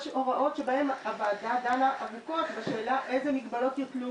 יש הוראות שבהן הוועדה דנה ארוכות בשאלה איזה מגבלות יוטלו,